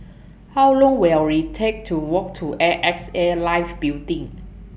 How Long Will IT Take to Walk to A X A Life Building